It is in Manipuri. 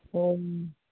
ꯎꯝ